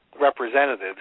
representatives